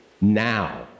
now